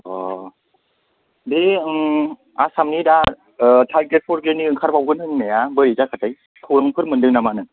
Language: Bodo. अ' बे उम आसामनि दा ओ थार्ड ग्रेड फर ग्रेड नि ओंखारबावगोन होननाया बोरै जाखोथाय खौरांफोर मोनदों नामा नों